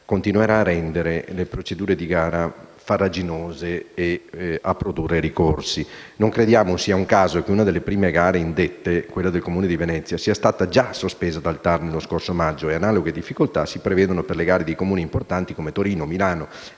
continuerà a rendere le procedure di gara farraginose e a produrre ricorsi. Crediamo sia un caso che una delle prime gare indette - quella del Comune di Venezia - sia già stata sospesa dal TAR nello scorso maggio e analoghe difficoltà si prevedono per le gare di Comuni importanti come Torino, Milano,